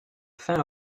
fin